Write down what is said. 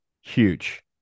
Huge